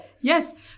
Yes